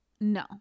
No